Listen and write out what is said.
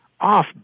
off